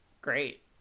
great